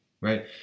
right